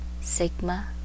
SIGMA